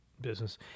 business